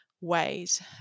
ways